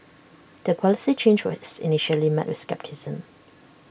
the policy change was initially met with scepticism